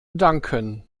danken